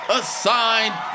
assigned